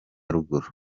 ruguru